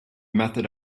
method